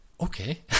okay